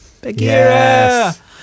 Bagheera